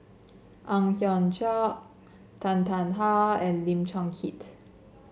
Ang Hiong Chiok Tan Tarn How and Lim Chong Keat